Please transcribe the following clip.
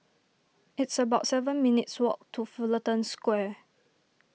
it's about seven minutes' walk to Fullerton Square